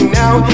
now